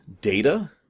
Data